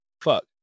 Fuck